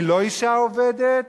היא לא אשה עובדת?